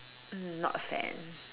not a fan